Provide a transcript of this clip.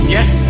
Yes